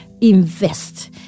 Invest